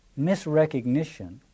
misrecognition